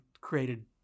created